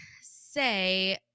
say